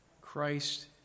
christ